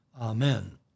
Amen